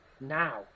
now